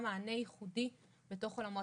מענה ייחודי בתוך עולם הטכנולוגיה.